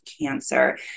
cancer